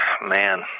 man